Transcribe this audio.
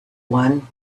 one